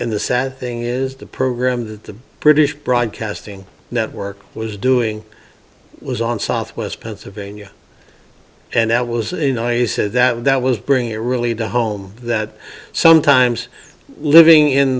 and the sad thing is the program that the british broadcasting network was doing was on southwest pennsylvania and that was you know you said that that was bringing it really does home that sometimes living in